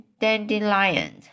dandelion